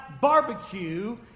barbecue